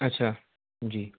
اچھا جی